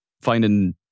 finding